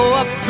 up